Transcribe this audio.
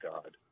God